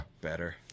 Better